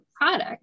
product